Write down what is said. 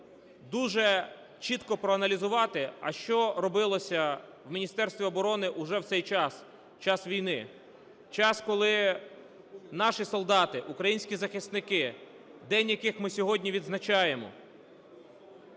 дуже чітко проаналізувати, а що робилося в міністерстві в цей час, в час війни, в час, коли наші солдати, українські захисники, день яких ми сьогодні відзначаємо,